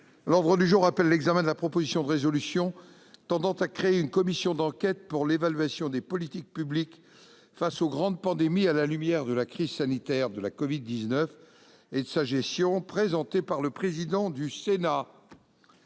L'ordre du jour appelle l'examen de la proposition de résolution tendant à créer une commission d'enquête pour l'évaluation des politiques publiques face aux grandes pandémies à la lumière de la crise sanitaire de la covid-19 et de sa gestion, présentée par le président du Sénat